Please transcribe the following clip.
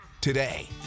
today